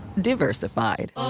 diversified